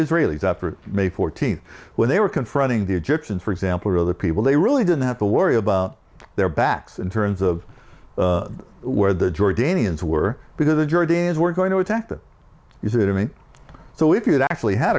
israelis after may fourteenth when they were confronting the egyptians for example or other people they really didn't have to worry about their backs in terms of where the jordanians were because the jordanians were going to attack that you see to me so if you actually had